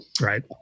Right